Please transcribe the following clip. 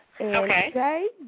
Okay